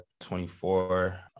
24